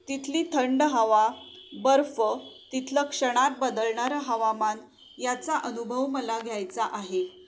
तिथली थंड हवा बर्फ तिथले क्षणात बदलणारं हवामान याचा अनुभव मला घ्यायचा आहे